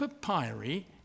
papyri